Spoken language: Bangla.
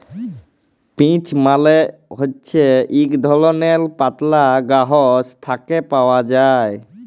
পিচ্ মালে হছে ইক ধরলের পাতলা গাহাচ থ্যাকে পাউয়া যায়